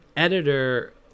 editor